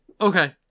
Okay